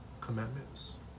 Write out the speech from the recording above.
commandments